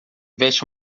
veste